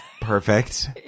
Perfect